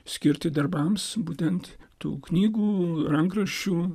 skirti darbams būtent tų knygų rankraščių